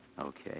Okay